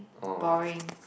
boring